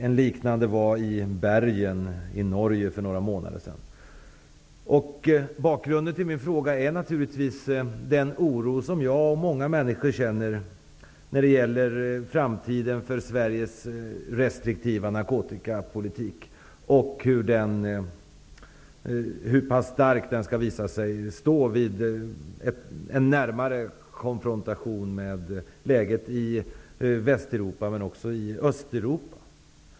En liknande konferens hölls för några månader sedan i Bergen i Bakgrunden till min fråga är naturligtvis den oro som jag och många människor känner när det gäller framtiden för Sveriges restriktiva narkotikapolitik och hur pass stark den skall komma att visa sig stå vid en närmare konfrontation med läget i Västeuropa och även i Östeuropa.